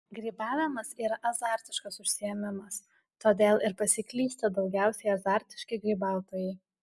grybavimas yra azartiškas užsiėmimas todėl ir pasiklysta daugiausiai azartiški grybautojai